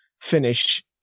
finish